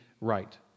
right